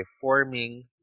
forming